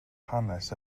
hanes